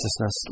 justice